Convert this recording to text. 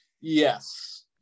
Yes